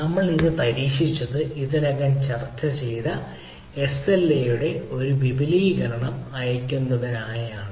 നമ്മൾ ഇത് പരീക്ഷിച്ചത് നമ്മൾ ഇതിനകം ചർച്ച ചെയ്ത SLA യുടെ ഒരു വിപുലീകരണം അയയ്ക്കുന്നതാണ്